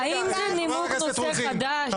סליחה, האם זה נימוק נושא חדש?